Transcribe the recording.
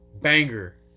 banger